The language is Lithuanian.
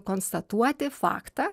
konstatuoti faktą